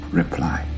reply